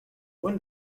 when